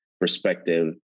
perspective